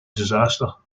disaster